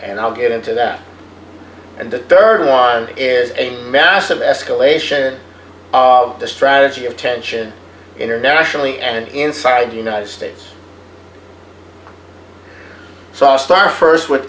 and i'll get into that and the rd one is a massive escalation of the strategy of tension internationally and inside united states so i'll start st with